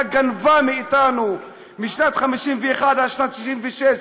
גנבה מאתנו משנת 1951 עד שנת 1966,